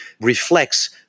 reflects